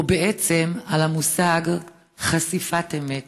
או בעצם על המושג "חשיפת אמת".